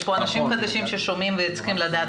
יש פה אנשים חדשים ששומעים וצריכים לדעת